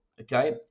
Okay